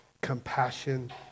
compassion